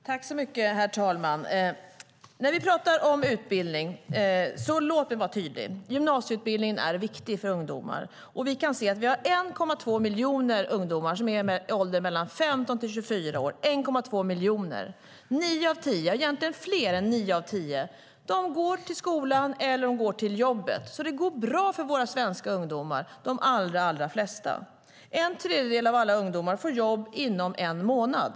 Herr talman! Låt mig vara tydlig när vi pratar om utbildning. Gymnasieutbildningen är viktig för ungdomar, och vi har 1,2 miljoner ungdomar som är i åldern 15-24 år. Fler än nio av tio går till skolan eller till jobbet. Det går alltså bra för de allra flesta av våra svenska ungdomar. En tredjedel av alla ungdomar får jobb inom en månad.